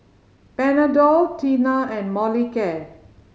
Panadol Tena and Molicare